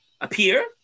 appear